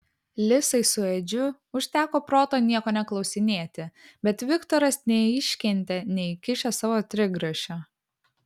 lisai su edžiu užteko proto nieko neklausinėti bet viktoras neiškentė neįkišęs savo trigrašio